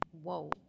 whoa